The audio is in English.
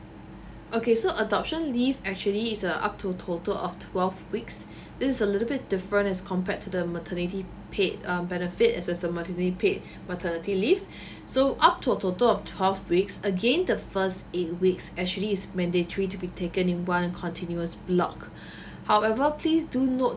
okay so adoption leave actually is uh up to total of twelve weeks it is a little bit different as compared to the maternity paid um benefit as well as a maternity paid maternity leave so up to a total of twelve weeks again the first eight weeks actually is mandatory to be taken in one continuous block however please do note